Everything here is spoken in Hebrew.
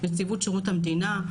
נציבות שרות המדינה,